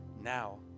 now